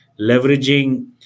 leveraging